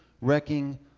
wrecking